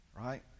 right